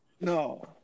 No